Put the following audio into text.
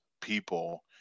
people